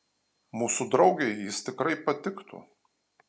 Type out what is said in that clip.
mūsų draugei jis tikrai patiktų